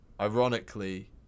ironically